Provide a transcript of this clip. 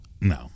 No